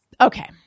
Okay